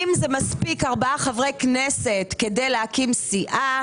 אם מספיקים ארבעה חברי כנסת כדי להקים סיעה,